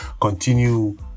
continue